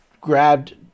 grabbed